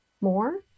more